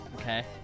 Okay